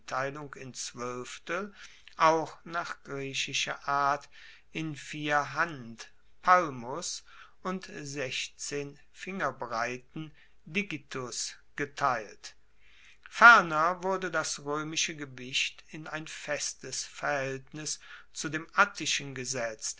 in zwoelftel auch nach griechischer art in vier hand palmus und sechzehn fingerbreiten digitus geteilt ferner wurde das roemische gewicht in ein festes verhaeltnis zu dem attischen